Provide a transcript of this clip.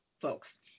folks